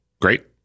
great